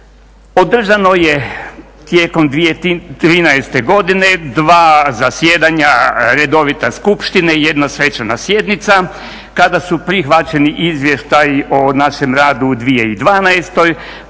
Održano je tijekom 2013. godine 2 zasjedanja redovita skupštine, 1 svečana sjednica kada su prihvaćeni izvještaji o našem radu u 2012., potom